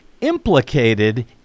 implicated